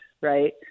right